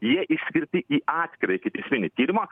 jie išskirti į atskirą ikiteisminį tyrimą